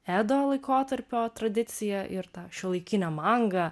edo laikotarpio tradiciją ir tą šiuolaikinę mangą